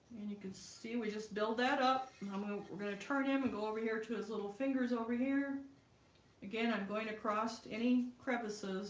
and you can see we just build that up um we're going to turn him and go over here to his little fingers over here again, i'm going across any crevices